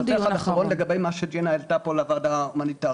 לגבי מה שג'ינה העלתה פה על הוועדה ההומניטארית.